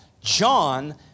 John